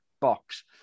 box